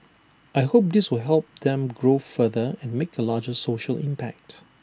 I hope this will help them grow further and make A larger social impact